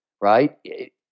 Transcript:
right